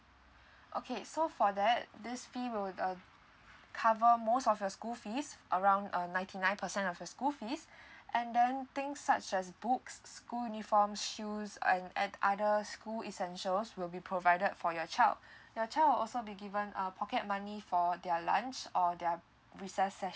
okay so for that this fee will uh cover most of your school fees around err niety nine percent of your school fees and then things such as book school uniform shoes and at other school essentials will be provided for your child your child will also be given uh pocket money for their lunch or their recess sessions